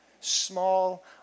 Small